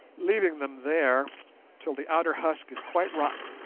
leaving them there till the outer husk is quite rotten,